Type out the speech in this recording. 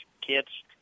kids